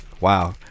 wow